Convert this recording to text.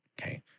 okay